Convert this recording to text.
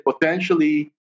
potentially